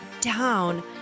down